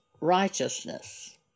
righteousness